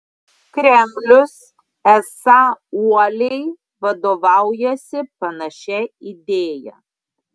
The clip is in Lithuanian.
kremlius esą uoliai vadovaujasi panašia idėja